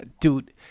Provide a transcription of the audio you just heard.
Dude